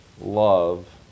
love